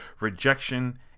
rejection